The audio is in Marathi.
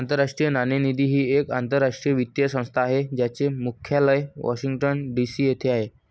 आंतरराष्ट्रीय नाणेनिधी ही एक आंतरराष्ट्रीय वित्तीय संस्था आहे ज्याचे मुख्यालय वॉशिंग्टन डी.सी येथे आहे